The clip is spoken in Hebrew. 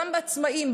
לאותם עצמאים,